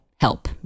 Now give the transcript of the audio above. help